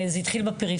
זה התחיל בפריפריה.